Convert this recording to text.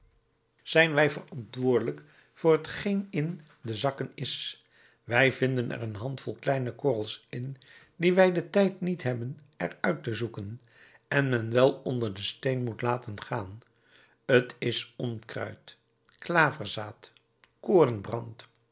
zijn wij verantwoordelijk voor t geen in de zakken is wij vinden er een handvol kleine korrels in die wij den tijd niet hebben er uit te zoeken en men wel onder den steen moet laten gaan t is onkruid